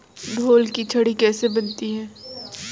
ढोल की छड़ी कैसे बनती है?